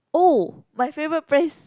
oh my favorite place